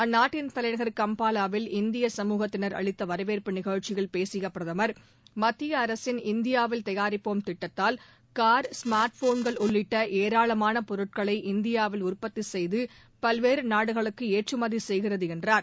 அந்நாட்டின் தலைநகர் கம்ப்பாவாவில் இந்திய சமூகத்தினர் அளித்தவரவேற்பு நிகழ்ச்சியில் பேசியபிரதமர் மத்தியஅரசின் இந்தியாவில் தயாரிப்போம் திட்டத்தால் கார் ஸ்மார்ட் போன்கள் உள்ளிட்டஏராளமானபொருட்களை இந்தியாவில் உற்பத்திசெய்துபல்வேறுநாடுகளுக்குஏற்றுமதிசெய்துவருகிறோம் என்றார்